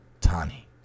Tani